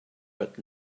but